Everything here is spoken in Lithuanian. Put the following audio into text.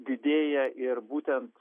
didėja ir būtent